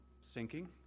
sinking